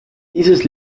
dieses